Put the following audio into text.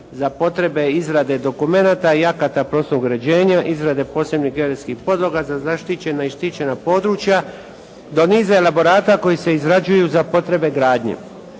za potrebe izrade dokumenata i akata prostornog uređenja, izrade posebnih geodetskih podloga za zaštićena i štićena područja do niza elaborata koji se izrađuju za potrebe gradnje.